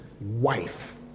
wife